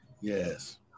Yes